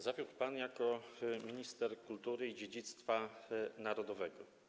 Zawiódł pan jako minister kultury i dziedzictwa narodowego.